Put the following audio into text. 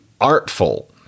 artful